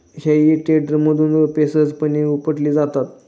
हेई टेडरमधून रोपे सहजपणे उपटली जातात